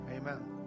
Amen